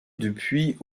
depuis